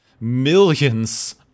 millions